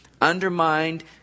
undermined